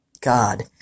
God